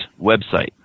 website